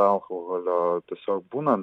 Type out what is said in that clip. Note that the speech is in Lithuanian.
alkoholio tiesiog būnant